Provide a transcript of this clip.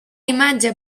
imatge